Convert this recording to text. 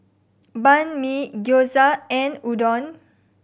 Banh Mi Gyoza and Udon